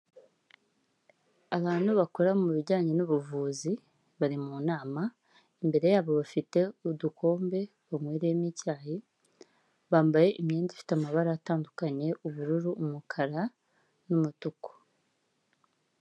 Abantu bakora mu bijyanye n'ubuvuzi bari mu nama, imbere yabo bafite udukombe banywereyemo icyayi, bambaye imyenda ifite amabara atandukanye; ubururu, umukara n'umutuku.